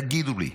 תגידו לי,